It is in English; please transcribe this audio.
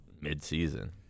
mid-season